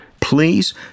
Please